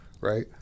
right